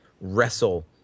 wrestle